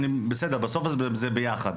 בסוף זה ביחד.